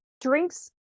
drinks